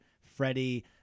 Freddie